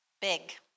big